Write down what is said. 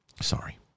Sorry